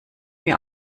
mir